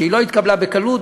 שלא התקבלה בקלות,